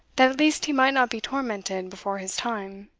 that at least he might not be tormented before his time.